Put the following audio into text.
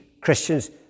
Christians